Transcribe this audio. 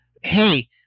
Hey